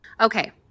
Okay